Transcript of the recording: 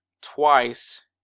twice